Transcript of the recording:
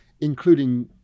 including